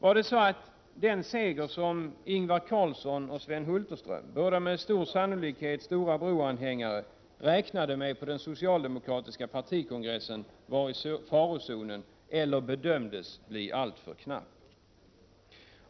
Var det så att den seger som Ingvar Carlsson och Sven Hulterström, båda med stor sannolikhet stora broanhängare, räknade med på den socialdemokratiska partikongressen var i farozonen eller bedömdes bli alltför knapp?